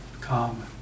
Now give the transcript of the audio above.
calm